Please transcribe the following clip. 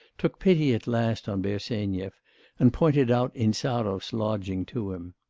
took pity at last on bersenyev and pointed out insarov's lodging to him.